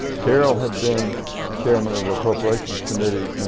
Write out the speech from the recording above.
terrell had been chairman of the appropriations committee